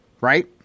Right